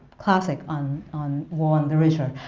classic on on war and narration